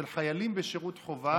של חיילים בשירות חובה,